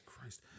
Christ